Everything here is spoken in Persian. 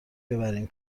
ببریم